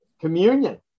communion